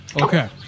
Okay